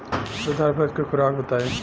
दुधारू भैंस के खुराक बताई?